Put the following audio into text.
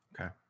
Okay